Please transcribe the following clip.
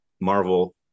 Marvel